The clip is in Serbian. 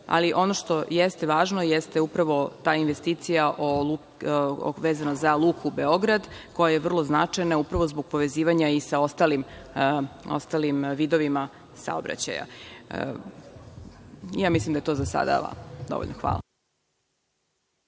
vidimo. Ono što je ste važno jeste upravo ta investicija vezano za Luku Beograd, koja je vrlo značajna upravo zbog povezivanja i sa ostalim vidovima saobraćaja. Ja mislim da je to za sada dovoljno. Hvala.